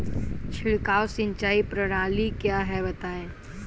छिड़काव सिंचाई प्रणाली क्या है बताएँ?